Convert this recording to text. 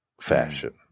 fashion